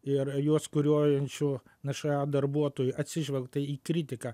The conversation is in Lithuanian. ir juos kuruojančių nša darbuotojų atsižvelgta į kritiką